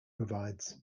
provides